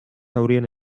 haurien